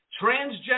transgender